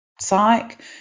psych